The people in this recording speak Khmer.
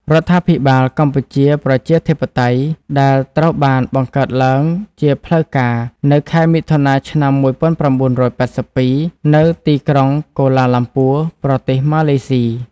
រដ្ឋាភិបាលកម្ពុជាប្រជាធិបតេយ្យ ដែលត្រូវបានបង្កើតឡើងជាផ្លូវការនៅខែមិថុនា ឆ្នាំ១៩៨២ នៅទីក្រុងកូឡាឡាំពួរ ប្រទេសម៉ាឡេស៊ី។